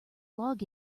log